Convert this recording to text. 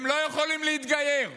הם לא יכולים להתגייר.